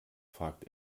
fragt